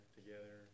together